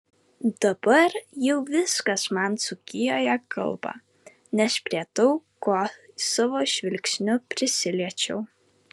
dabar jau viskas man dzūkijoje kalba nes prie daug ko savo žvilgsniu prisiliečiau